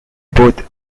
both